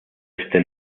este